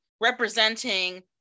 representing